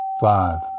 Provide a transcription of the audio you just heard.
five